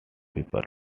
people